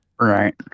Right